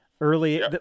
early